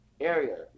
area